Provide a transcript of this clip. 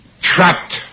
Trapped